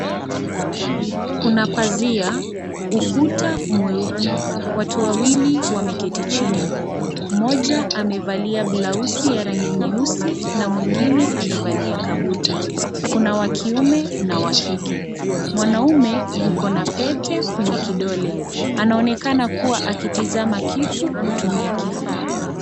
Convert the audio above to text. Kuna pazia, ukuta mweupe. Watu wawili wameketi chini. Mmoja amevalia blausi ya rangi nyeusi na mwingine amevalia kabuti. Kuna wa kiume na wa kike. Mwanaume yuko na pete kwenye kidole. Anaonekana kuwa akitazama kitu kwenye kifaa.